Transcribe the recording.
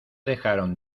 dejaron